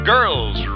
Girls